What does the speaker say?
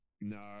No